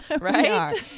right